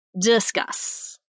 Discuss